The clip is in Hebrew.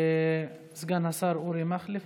אבל מה עם אוסאמה סעדי?